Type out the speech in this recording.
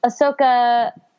Ahsoka